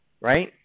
right